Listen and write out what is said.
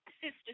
sister